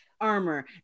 armor